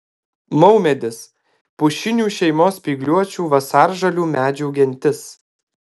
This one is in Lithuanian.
maumedis pušinių šeimos spygliuočių vasaržalių medžių gentis